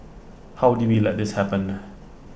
how did we let this happen